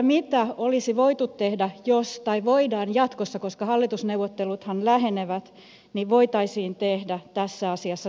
mitä olisi voitu tehdä tai voitaisiin tehdä jatkossa koska hallitusneuvotteluthan lähenevät tässä asiassa toisin